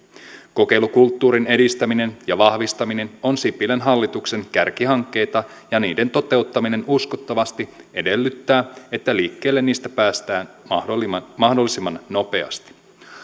kokeilukulttuurin edistäminen ja vahvistaminen on sipilän hallituksen kärkihankkeita ja niiden toteuttaminen uskottavasti edellyttää että liikkeelle niistä päästään mahdollisimman mahdollisimman nopeasti